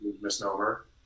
misnomer